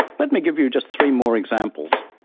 let me give you just three more examples.